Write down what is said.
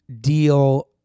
deal